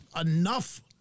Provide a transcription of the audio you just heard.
enough